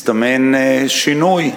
מסתמן שינוי.